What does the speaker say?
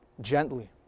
gently